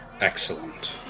Excellent